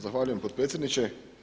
Zahvaljujem potpredsjedniče.